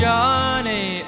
Johnny